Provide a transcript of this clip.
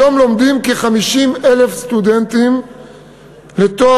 היום לומדים כ-50,000 סטודנטים לתואר